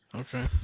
Okay